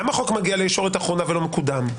למה חוק מגיע לישורת אחרונה ולא מקודם?